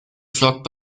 flockt